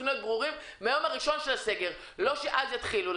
להיות ברורים מהיום הראשון של הסגר ולא שאז יתחילו.